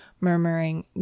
murmuring